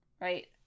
right